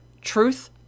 truth